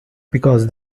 because